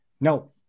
No